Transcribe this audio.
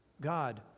God